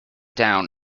down